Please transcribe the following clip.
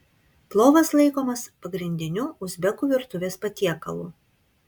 plovas laikomas pagrindiniu uzbekų virtuvės patiekalu